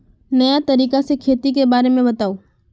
नया तरीका से खेती के बारे में बताऊं?